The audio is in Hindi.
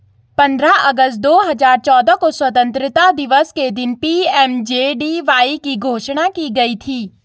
पंद्रह अगस्त दो हजार चौदह को स्वतंत्रता दिवस के दिन पी.एम.जे.डी.वाई की घोषणा की गई थी